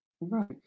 right